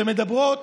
שמדברות